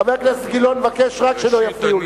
חבר הכנסת גילאון מבקש רק שלא יפריעו לו.